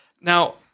Now